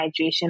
hydration